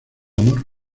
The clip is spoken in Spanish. amor